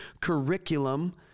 curriculum